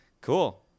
Cool